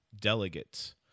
delegates